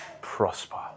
prosper